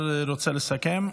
רוצה לסכם?